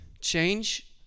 Change